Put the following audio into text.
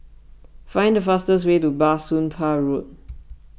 find the fastest way to Bah Soon Pah Road